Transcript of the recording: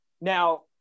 Now